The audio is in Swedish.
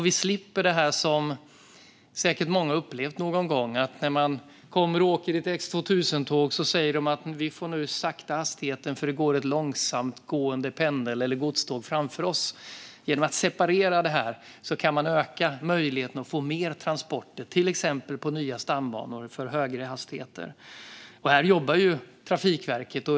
Vi slipper det som många säkert har upplevt någon gång, att ett X2000-tåg måste sänka hastigheten eftersom det går ett långsamtgående pendel eller godståg framför. Genom att separera det kan man öka möjligheten för mer transporter, till exempel på nya stambanor, och för högre hastigheter. Trafikverket jobbar på det.